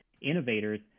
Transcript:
innovators